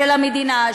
של המדינה,